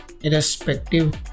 irrespective